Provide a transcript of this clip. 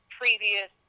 previous